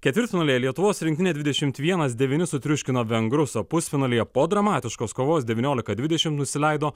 ketvirtfinalyje lietuvos rinktinė dvidešimt vienas devyni sutriuškino vengrus o pusfinalyje po dramatiškos kovos devyniolika dvidešimt nusileido